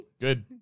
Good